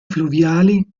fluviali